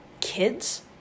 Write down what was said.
kids